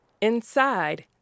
Inside